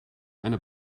eine